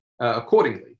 accordingly